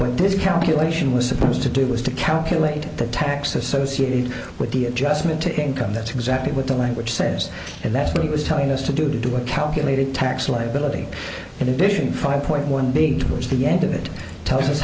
but this calculation was supposed to do was to calculate the text associated with the adjustment to income that's exactly what the language says and that's what it was telling us to do a calculated tax liability in addition five point one big which the end of it tells us